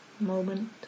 moment